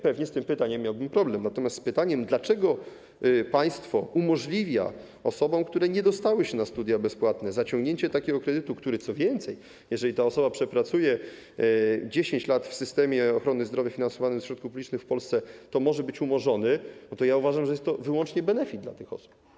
Pewnie z tym pytaniem miałbym problem, natomiast jeśli chodzi o pytanie, dlaczego państwo umożliwia osobom, które nie dostały się na studia bezpłatne, zaciągnięcie takiego kredytu, który, co więcej, jeżeli dana osoba przepracuje 10 lat w systemie ochrony zdrowia finansowanym ze środków publicznych w Polsce, może być umorzony, to uważam, że jest to wyłącznie benefit dla tych osób.